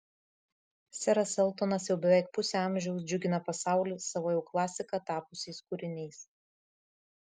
seras eltonas jau beveik pusę amžiaus džiugina pasaulį savo jau klasika tapusiais kūriniais